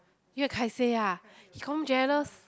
you and Kai-Sei ah he confirm jealous